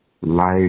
Life